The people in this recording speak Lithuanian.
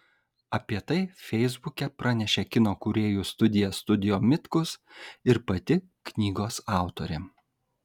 apie tai feisbuke pranešė kino kūrėjų studija studio mitkus ir pati knygos autorė